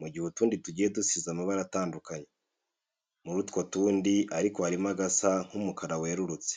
mu gihe utundi tugiye dusize amabara atandukanye. Muri utwo tundi ariko harimo agasa nk'umukara werurutse.